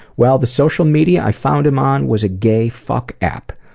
well the social media i found him on was a gay fuck app.